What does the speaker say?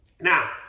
Now